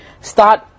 Start